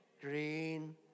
green